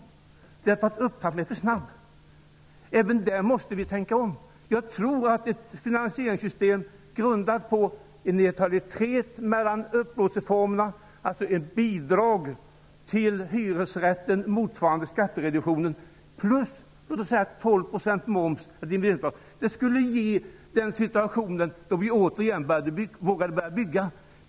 Upptrappningen är för snabb. Även där måste vi tänka om. Jag tror att ett finansieringssystem grundat på en neutralitet mellan upplåtelseformerna -- ett bidrag till hyresrätten motsvarande skattereduktionen, plus 12 % moms -- skulle skapa en situation där vi återigen vågar börja bygga.